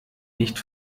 nicht